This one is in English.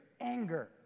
anger